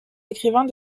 écrivains